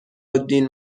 الدین